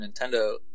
nintendo